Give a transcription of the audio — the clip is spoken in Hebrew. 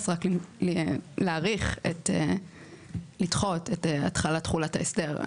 רק להאריך ולדחות את התחלת תחולת ההסדר.